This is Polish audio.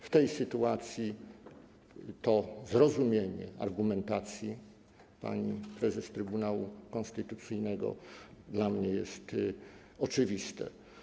W tej sytuacji to zrozumienie argumentacji pani prezes Trybunału Konstytucyjnego dla mnie jest oczywiste.